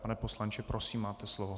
Pane poslanče, prosím, máte slovo.